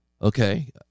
Okay